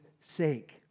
sake